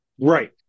right